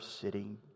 sitting